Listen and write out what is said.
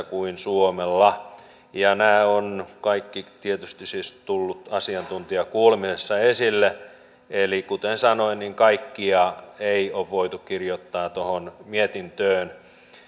kuin suomella ja nämä ovat kaikki tietysti siis tulleet asiantuntijakuulemisessa esille eli kuten sanoin kaikkia ei ole voitu kirjoittaa tuohon mietintöön